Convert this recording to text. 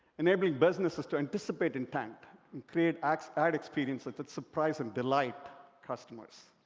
enabling businesses to anticipate intent and create ad ad experiences like that surprise and delight customers.